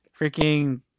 Freaking